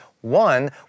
One